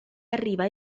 arriva